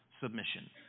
submission